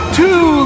two